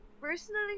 personally